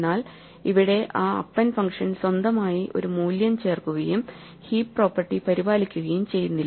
എന്നാൽ ഇവിടെ ആ അപ്പെൻഡ് ഫങ്ഷൻ സ്വന്തമായി ഒരു മൂല്യം ചേർക്കുകയും ഹീപ്പ് പ്രോപ്പർട്ടി പരിപാലിക്കുകയും ചെയ്യുന്നില്ല